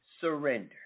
surrender